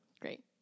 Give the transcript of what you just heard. Great